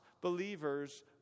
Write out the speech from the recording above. believers